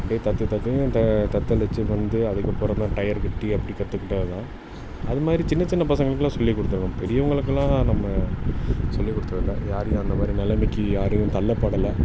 அப்படியே தத்தி தத்திங்க இந்த தத்தளிச்சுட்டு வந்து அதுக்கு அப்பறம்தான் டயர் கட்டி அப்படி கற்றுக்கிட்டது தான் அது மாதிரி சின்னச் சின்ன பசங்களுக்குலாம் சொல்லிக் கொடுத்துருக்கோம் பெரியவங்களுக்கெல்லாம் நம்ம சொல்லிக் கொடுத்ததில்ல யாரையும் அந்த மாரி நிலமைக்கி யாரையும் தள்ளப்படலை